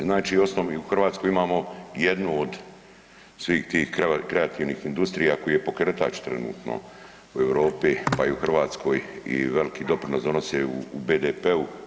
Znači u Hrvatskoj imamo jednu od svih tih kreativnih industrija koji je pokretač trenutno u Europi, pa i u Hrvatskoj i veliki doprinos donose u BDP-u.